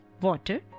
water